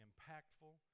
impactful